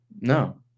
No